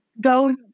go